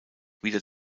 wieder